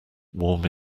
warm